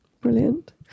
brilliant